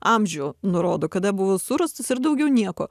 amžių nurodo kada buvo surastas ir daugiau nieko